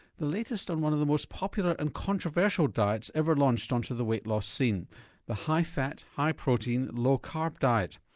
the latest on one of the most popular and controversial diets ever launched onto the weight loss scene the high fat, high protein, low carb diet.